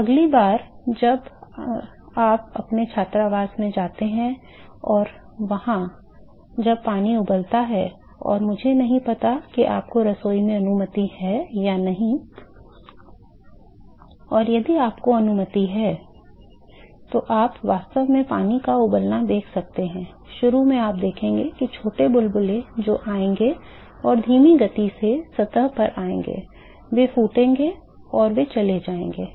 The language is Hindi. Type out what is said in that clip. तो अगली बार जब आप अपने छात्रावास में जाते हैं और वहां जब पानी उबलता है और मुझे नहीं पता किआपको रसोई में अनुमति है या नहीं और यदि आपको अनुमति है तो आप वास्तव में पानी का उबलता देख सकते हैं शुरू में आप देखेंगे छोटे बुलबुले जो आएंगे और धीमी गति से सतह पर आएंगे वे फूटेंगे और वे चले जाएंगे